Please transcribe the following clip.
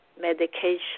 medication